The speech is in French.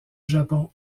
japon